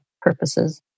purposes